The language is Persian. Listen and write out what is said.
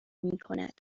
میکند